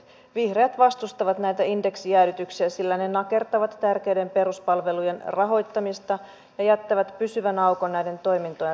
vihreät vastustavat näitä indeksijäädytyksiä sillä ne nakertavat tärkeiden peruspalvelujen rahoittamista ja jättävät pysyvän aukon näiden toimintojen rahoittamiseen